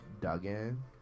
Duggan